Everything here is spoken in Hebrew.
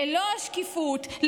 ללא השקיפות,